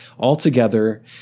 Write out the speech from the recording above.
Altogether